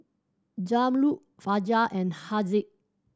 Zamrud Fajar and Haziq